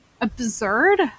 absurd